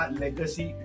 legacy